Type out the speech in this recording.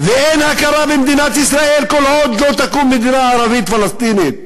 ואין הכרה במדינת ישראל כל עוד לא תקום מדינה ערבית פלסטינית,